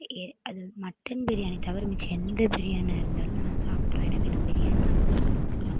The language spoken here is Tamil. அது மட்டன் பிரியாணி தவிர மிச்சம் எந்த பிரியாணியாக இருந்தாலும் நான் சாப்பிட்ருவேன் ஏன்னா எனக்கு பிரியாணினா அவ்வளோ பிடிக்கும்